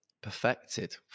Perfected